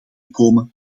komen